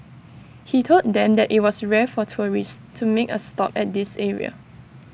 he told them that IT was rare for tourists to make A stop at this area